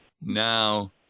Now